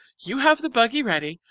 you have the buggy ready,